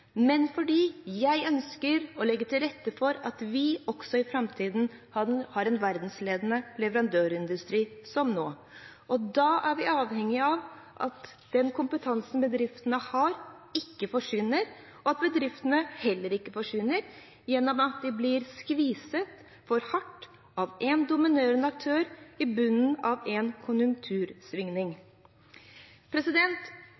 men fordi jeg ønsker å legge til rette for at vi også i framtiden har en verdensledende leverandørindustri som nå. Da er vi avhengig av at den kompetansen bedriftene har, ikke forsvinner, og at bedriftene heller ikke forsvinner gjennom at de blir skvist for hardt av en dominerende aktør i bunnen av en